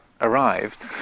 arrived